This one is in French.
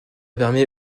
permet